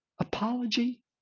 Apology